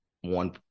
one